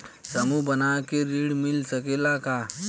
समूह बना के ऋण मिल सकेला का?